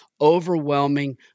overwhelming